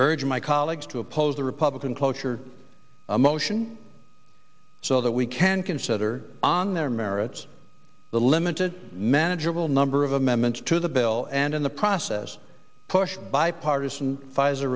urge my colleagues to oppose the republican cloture motion so that we can consider on their merits the limited manageable number of amendments to the bill and in the process push bipartisan pfizer